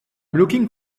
looking